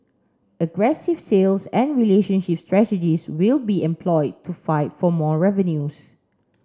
aggressive sales and relationship strategies will be employed to fight for more revenues